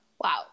Wow